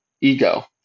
ego